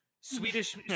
Swedish